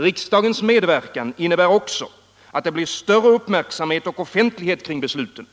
Riksdagens medverkan innebär också att det blir större uppmärksamhet och offentlighet kring besluten,